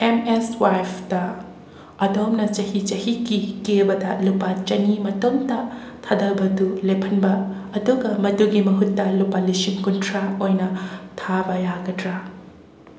M S ꯋꯥꯏꯞꯇ ꯑꯗꯣꯝꯅ ꯆꯍꯤ ꯆꯍꯤꯒꯤ ꯀꯦꯕꯗ ꯂꯨꯄꯥ ꯆꯅꯤ ꯃꯇꯣꯝꯇ ꯊꯥꯊꯕꯗꯨ ꯂꯦꯞꯍꯟꯕ ꯑꯗꯨꯒ ꯃꯗꯨꯒꯤ ꯃꯍꯨꯠꯇ ꯂꯨꯄꯥ ꯂꯤꯁꯤꯡ ꯀꯨꯟꯊ꯭ꯔꯥ ꯑꯣꯏꯅ ꯊꯥꯕ ꯌꯥꯒꯗ꯭ꯔꯥ